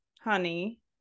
honey